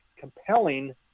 compelling